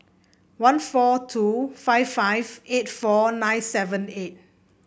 one four two five five eight four nine seven eight